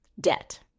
debt